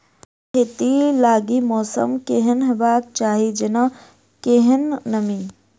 गेंहूँ खेती लागि मौसम केहन हेबाक चाहि जेना केहन नमी?